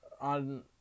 on